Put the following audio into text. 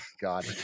god